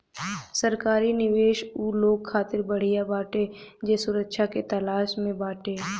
सरकारी निवेश उ लोग खातिर बढ़िया बाटे जे सुरक्षा के तलाश में बाटे